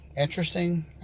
interesting